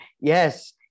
yes